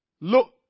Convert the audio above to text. look